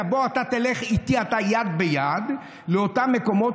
תבוא אתה ותלך איתי יד ביד לאותם מקומות,